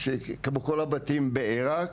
שכמו כל הבית בעירק,